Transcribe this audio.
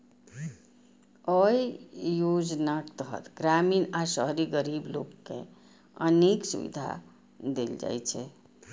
अय योजनाक तहत ग्रामीण आ शहरी गरीब लोक कें अनेक सुविधा देल जाइ छै